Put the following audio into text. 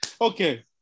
Okay